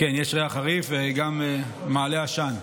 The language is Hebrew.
כן, יש ריח חריף וגם מעלה עשן.